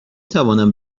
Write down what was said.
توانم